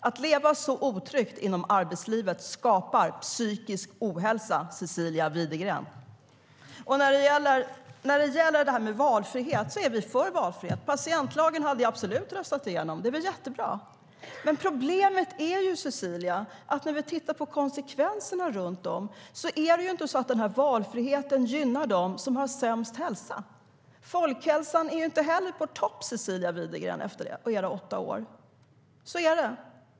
Att leva så otryggt inom arbetslivet skapar psykisk ohälsa, Cecilia Widegren.Vi är för valfrihet. Patientlagen hade vi absolut röstat igenom. Den är jättebra. Men problemet är, Cecilia, att när vi tittar på konsekvenserna ser vi att valfriheten inte gynnar dem som har sämst hälsa. Folkhälsan är inte heller på topp, Cecilia Widegren, efter era åtta år. Så är det.